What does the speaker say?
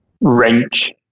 range